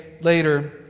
later